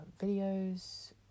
videos